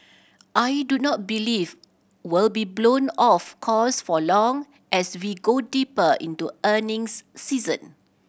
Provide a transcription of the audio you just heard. I do not believe will be blown off course for long as we go deeper into earnings season